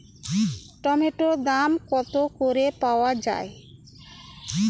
টমেটোর দাম কত করে পাওয়া যায়?